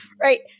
right